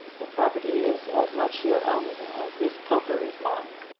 the property is as much your own as this poker is mine.